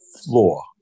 floor